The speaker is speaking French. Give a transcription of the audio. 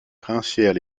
princières